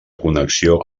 connexió